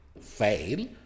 fail